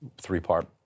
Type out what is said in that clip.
three-part